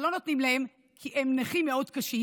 אבל לא נותנים להם כי הם נכים מאוד קשים,